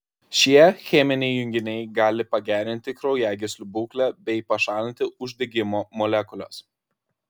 šie cheminiai junginiai gali pagerinti kraujagyslių būklę bei pašalinti uždegimo molekules